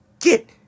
get